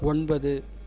ஒன்பது